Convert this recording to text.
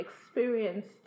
experienced